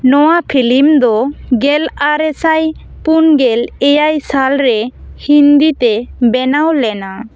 ᱱᱚᱣᱟ ᱯᱷᱤᱞᱤᱢ ᱫᱚ ᱜᱮᱞ ᱟᱨᱮ ᱥᱟᱭ ᱯᱩᱱ ᱜᱮᱞ ᱮᱭᱟᱭ ᱥᱟᱞ ᱨᱮ ᱦᱤᱱᱫᱤ ᱛᱮ ᱵᱮᱱᱟᱣ ᱞᱮᱱᱟ